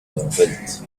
wealth